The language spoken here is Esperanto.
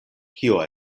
kio